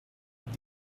avec